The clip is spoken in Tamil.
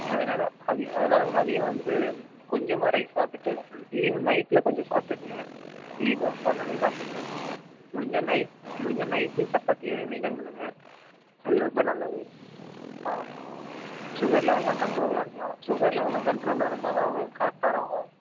அதனால அதனால மதியம் வந்து கொஞ்சமாக ரைஸ் சாப்பிடுட்டு நைட்டில் கொஞ்சம் சாப்பிட்டுக்ங்க இட்லி தோசை அந்த மாதிரி சாப்பிடுங்க முடிஞ்சா நைட் முடிஞ்சா நைட்லையும் சப்பாத்தியே மெயின்டெய்ன் பண்ணுங்கள் அது ரொம்ப நல்லது ஆ ஷுகர் லெவெல்லாம் கண்ட்ரோலில் இருந்தா தான் ஷுகர் லெவெல்லாம் கண்ட்ரோலில் இருந்தா தான் கரெக்ட்டாக இருக்கும்